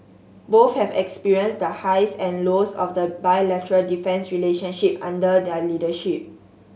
both have experienced the highs and lows of the bilateral defence relationship under their leadership